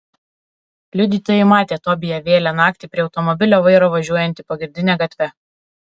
liudytojai matę tobiją vėlią naktį prie automobilio vairo važiuojantį pagrindine gatve